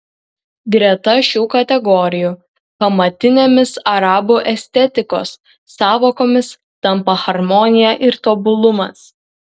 greta šių kategorijų pamatinėmis arabų estetikos sąvokomis tampa harmonija ir tobulumas